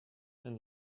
and